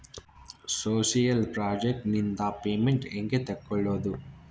Social project ನಿಂದ payment ಹೆಂಗೆ ತಕ್ಕೊಳ್ಳದು?